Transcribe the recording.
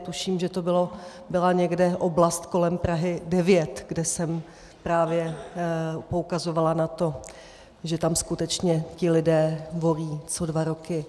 Tuším, že to byla někde oblast kolem Prahy 9, kde jsem právě poukazovala na to, že tam skutečně ti lidé volí co dva roky.